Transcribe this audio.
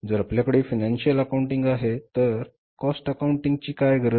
जर आपल्याकडे financial accounting आहे तर कॉस्ट अकाउंटिंग ची काय गरज